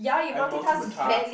I multi my tasks